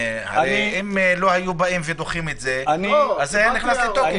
אם לא היו דוחים את זה, זה היה נכנס לתוקף.